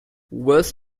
worse